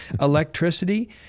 Electricity